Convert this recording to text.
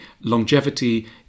Longevity